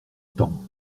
temps